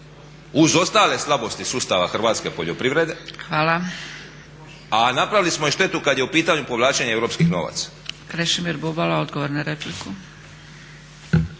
uz ostale slabosti sustava hrvatske poljoprivrede, a napravili smo i štetu kad je u pitanju povlačenje europskih novaca. **Zgrebec, Dragica